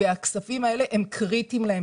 הכספים האלה הם קריטיים להם,